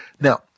Now